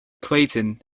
clayton